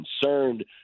concerned